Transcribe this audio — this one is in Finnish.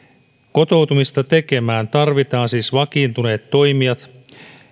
kotoutumista tekemään tarvitaan siis vakiintuneet toimijat